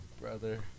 Brother